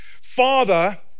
Father